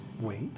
Wait